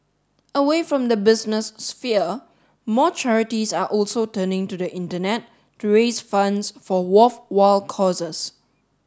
away from the business sphere more charities are also turning to the Internet to raise funds for worthwhile causes